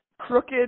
crooked